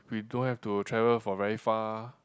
we don't have to travel for very far